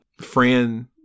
Fran